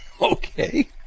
Okay